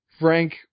Frank